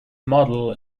model